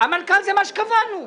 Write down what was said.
המנכ"ל זה מה שקבענו.